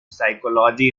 psychology